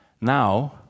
now